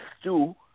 stew